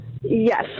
Yes